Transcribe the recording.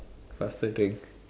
faster drink